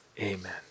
amen